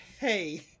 hey